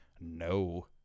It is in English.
no